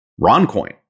Roncoin